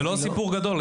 זה לא סיפור גדול.